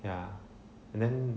ya and then